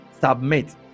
submit